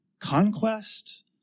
conquest